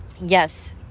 Yes